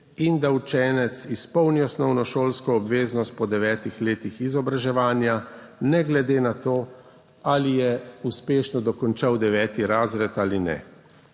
in da učenec izpolni osnovnošolsko obveznost po devetih letih izobraževanja, ne glede na to, ali je uspešno dokončal deveti razred ali ne.